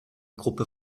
gruppe